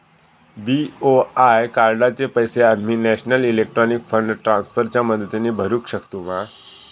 BOI कार्डाचे पैसे आम्ही नेशनल इलेक्ट्रॉनिक फंड ट्रान्स्फर च्या मदतीने भरुक शकतू मा?